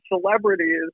celebrities